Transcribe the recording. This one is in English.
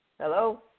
Hello